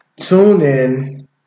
TuneIn